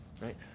right